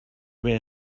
where